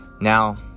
now